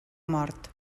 mort